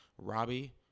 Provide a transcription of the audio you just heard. Robbie